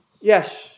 Yes